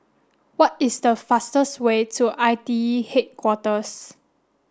what is the fastest way to I T E Headquarters